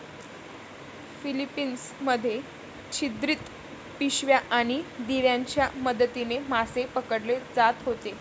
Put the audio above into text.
Philippines मध्ये छिद्रित पिशव्या आणि दिव्यांच्या मदतीने मासे पकडले जात होते